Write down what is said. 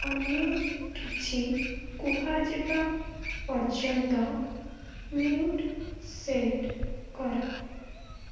ଅନ୍ୟକିଛି କୁହାଯିବା ପର୍ଯ୍ୟନ୍ତ mute set କର